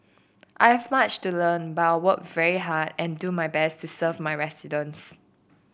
I have much to learn but work very hard and do my best to serve my residents